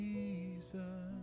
Jesus